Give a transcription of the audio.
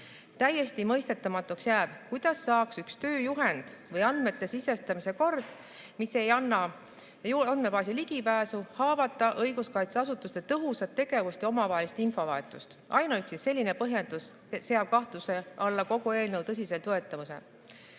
Täiesti mõistetamatuks jääb, kuidas saaks üks tööjuhend või andmete sisestamise kord, mis ei anna andmebaasile ligipääsu, haavata õiguskaitseasutuste tõhusat tegevust ja omavahelist infovahetust. Ainuüksi selline põhjendus seab kahtluse alla kogu eelnõu tõsiseltvõetavuse. See